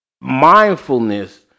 mindfulness